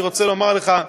אני רוצה לומר לך,